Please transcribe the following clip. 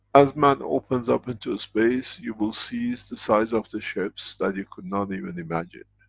as man opens up into space you will seize the size of the ships that you could not even imagine.